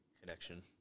connection